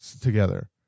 together